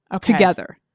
together